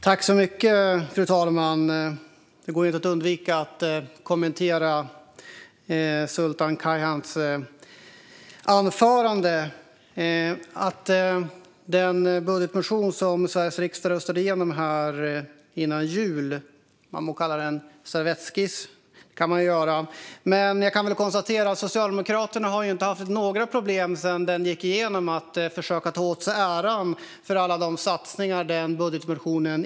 Fru talman! Det går inte att undvika att kommentera Sultan Kayhans anförande. När det gäller den budgetmotion som Sveriges riksdag röstade igenom före jul - man må kalla den för servettskiss - kan jag konstatera att Socialdemokraterna sedan den gick igenom inte har haft några problem med att försöka ta åt sig äran för alla de satsningar denna budgetmotion innebar.